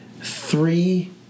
three